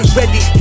ready